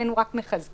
שבעינינו רק מחזקים,